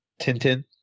Tintin